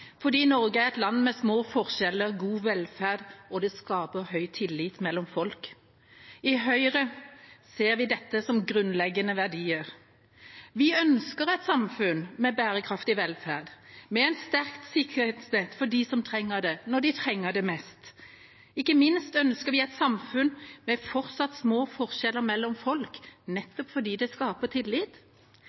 fordi Norge er et land med små forskjeller og god velferd, og det skaper god tillit mellom folk. I Høyre ser vi dette som grunnleggende verdier. Vi ønsker et samfunn med bærekraftig velferd, med et sterkt sikkerhetsnett for dem som trenger det, når de trenger det mest. Ikke minst ønsker vi et samfunn med fortsatt små forskjeller mellom